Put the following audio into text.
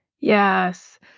Yes